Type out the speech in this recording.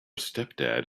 stepdad